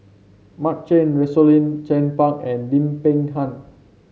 Mark Chan Rosaline Chan Pang and Lim Peng Han